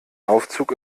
aufzug